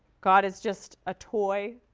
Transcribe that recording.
god is just a toy?